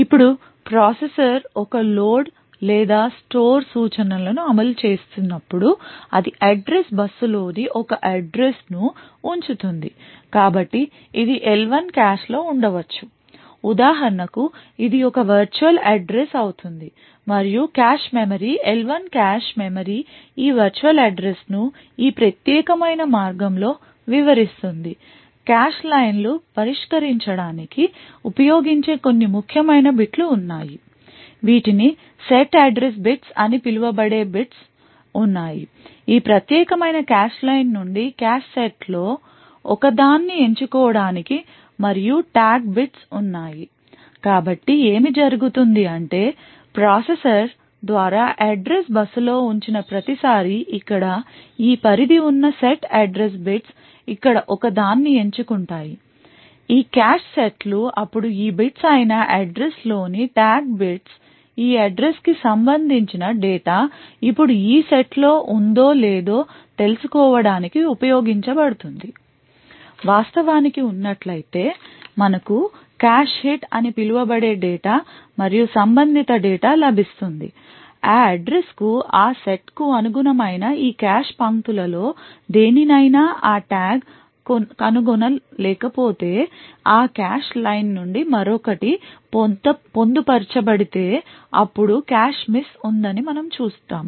ఇప్పుడు ప్రాసెసర్ ఒక లోడ్ లేదా స్టోర్ సూచనలను అమలు చేసినప్పుడు అది అడ్రస్ బస్సులో ఒక అడ్రస్ ను ఉంచుతుంది కాబట్టి ఇది L1 కాష్లో ఉండవచ్చు ఉదాహరణకు ఇది ఒక వర్చువల్ అడ్రస్ అవుతుంది మరియు cache memory L1 cache memory ఈ వర్చువల్ అడ్రస్ ను ఈ ప్రత్యేకమైన మార్గం లో వివరిస్తుంది కాష్ లైన్ను పరిష్కరించడానికి ఉపయోగించే కొన్ని ముఖ్యమైన bit లు ఉన్నాయి వీటిని సెట్ అడ్రస్ bits అని పిలువబడే bits ఉన్నాయి ఈ ప్రత్యేకమైన కాష్ లైన్ నుండి కాష్ సెట్ల లో ఒక దాన్ని ఎంచుకోవడానికి మరియు ట్యాగ్ bits ఉన్నాయి కాబట్టి ఏమి జరుగుతుంది అంటే ప్రాసెసర్ ద్వారా అడ్రస్ బస్సులో ఉంచిన ప్రతిసారీ ఇక్కడ ఈ పరిధి ఉన్న సెట్ అడ్రస్ bits ఇక్కడ ఒక దాన్ని ఎంచుకుంటాయి ఈ కాష్ సెట్లు అప్పుడు ఈ bits అయిన అడ్రస్ లోని ట్యాగ్ bits ఈ అడ్రస్ కి సంబంధించిన డేటా ఇప్పుడు ఈ సెట్లో ఉందో లేదో తెలుసుకోవడానికి ఉపయోగించబడుతుంది వాస్తవానికి ఉన్నట్లయితే మనకు కాష్ హిట్ అని పిలువబడే డేటా మరియు సంబంధిత డేటా లభిస్తుంది ఆ అడ్రస్ కు ఆ సెట్కు అనుగుణమైన ఈ కాష్ పంక్తులలో దేనినైనా ఆ ట్యాగ్ కనుగొనలేకపోతే ఆ కాష్ లైన్ నుండి మరొకటి పొందుపరచబడితే అప్పుడు కాష్ మిస్ ఉందని మనము చెప్తాము